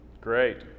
great